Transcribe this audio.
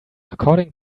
according